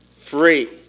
free